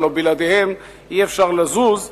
הלוא בלעדיהן אי-אפשר לזוז,